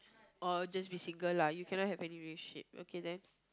or just visit girl lah you cannot have any relationship okay then